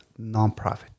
nonprofit